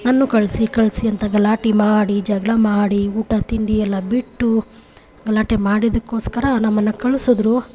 ನನ್ನೂ ಕಳಿಸಿ ಕಳಿಸಿ ಅಂತ ಗಲಾಟೆ ಮಾಡಿ ಜಗಳ ಮಾಡಿ ಊಟ ತಿಂಡಿಯೆಲ್ಲ ಬಿಟ್ಟು ಗಲಾಟೆ ಮಾಡಿದ್ದಕ್ಕೋಸ್ಕರ ನಮ್ಮನ್ನು ಕಳಿಸಿದ್ರು